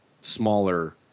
smaller